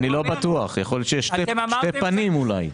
אני לא בטוח; יכול להיות שיש שתי פנים, אולי.